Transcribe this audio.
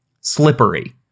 slippery